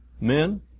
men